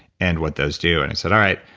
and what those do. and i said alright,